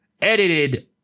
Edited